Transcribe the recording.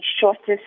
shortest